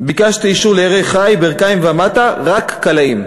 ביקשתי אישור לירי חי, 'ברכיים ומטה', 'רק קלעים'.